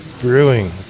brewing